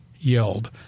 yelled